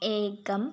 एकम्